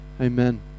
Amen